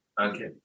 Okay